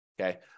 okay